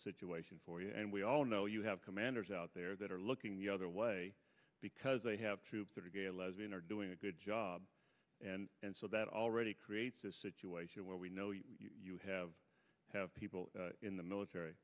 situation for you and we all know you have commanders out there that are looking the other way because they have troops that are gay or lesbian are doing a good job and so that already creates a situation where we know you you have have people in the military